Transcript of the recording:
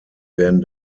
werden